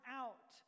out